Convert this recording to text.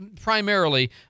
primarily